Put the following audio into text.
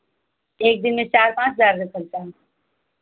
एक दिन में चार पाँच